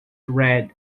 read